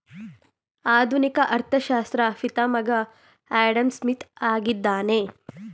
ಆಧುನಿಕ ಅರ್ಥಶಾಸ್ತ್ರ ಪಿತಾಮಹ ಆಡಂಸ್ಮಿತ್ ಆಗಿದ್ದಾನೆ